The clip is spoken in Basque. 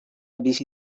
bizi